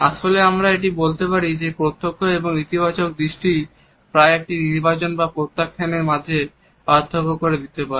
আসলে আমরা এটি বলতে পারি যে প্রত্যক্ষ এবং ইতিবাচক দৃষ্টি প্রায়ই একটি নির্বাচন বা প্রত্যাখ্যানের মধ্যে পার্থক্য করে দিতে পারে